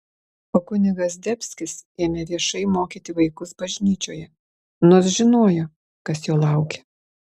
o kunigas zdebskis ėmė viešai mokyti vaikus bažnyčioje nors žinojo kas jo laukia